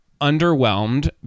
underwhelmed